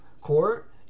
court